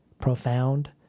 profound